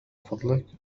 فضلك